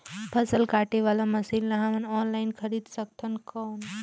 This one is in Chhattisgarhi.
फसल काटे वाला मशीन ला हमन ऑनलाइन खरीद सकथन कौन?